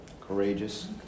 Courageous